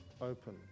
open